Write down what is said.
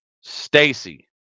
Stacy